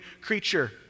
creature